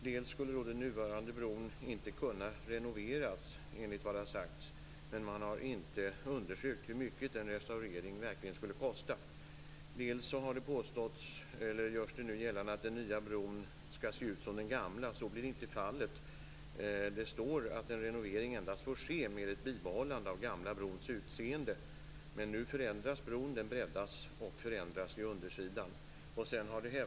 Dels skulle den nuvarande bron inte kunna renoveras, enligt vad det har sagts. Men man har inte undersökt hur mycket en restaurering verkligen skulle kosta. Dels görs det nu gällande att den nya bron skall se ut som den gamla. Så blir inte fallet. Det står att en renovering endast får ske med ett bibehållande av den gamla brons utseende. Men nu förändras bron. Den breddas och förändras på undersidan.